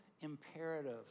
imperative